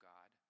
God